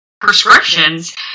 prescriptions